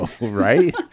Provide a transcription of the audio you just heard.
right